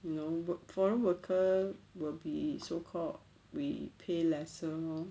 you know work foreign worker will be so called we pay lesser lor